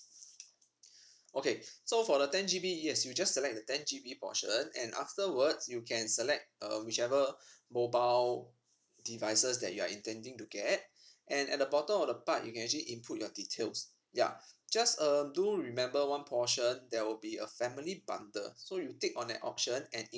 okay so for the ten G B yes you just select the ten G B portion and afterwards you can select uh whichever mobile devices that you are intending to get and at the bottom of the part you can actually input your details ya just um do remember one portion there will be a family bundle so you tick on that option and